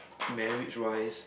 marriage wise